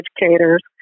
educators